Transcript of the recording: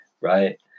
right